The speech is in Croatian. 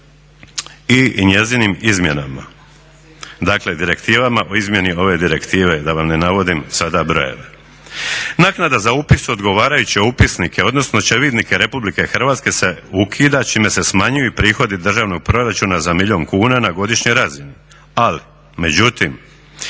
i njezinim izmjenama, dakle direktivama o izmjeni ove direktive da vam ne navodim sada brojeve. Naknada za upis u odgovarajuće upisnike, odnosno očevidnike RH se ukida čime se smanjuju prihodi državnog proračuna za milijun kuna na godišnjoj razini. Ali međutim,